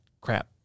crap